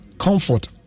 Comfort